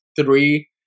three